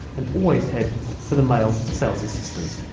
and always head for the male sales assistant.